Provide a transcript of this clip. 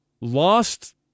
lost